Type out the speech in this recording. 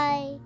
Bye